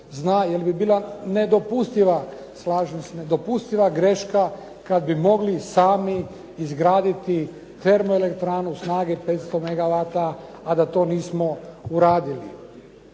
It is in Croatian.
zna, jer bi bila nedopustiva, slažem se nedopustiva greška kad bi mogli sami izgraditi termoelektranu snage 500 megavata, a da to nismo uradili.